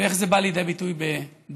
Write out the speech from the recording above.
ואיך זה בא לידי ביטוי בבריאות.